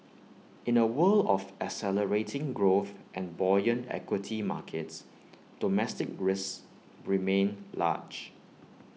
in A world of accelerating growth and buoyant equity markets domestic risks remain large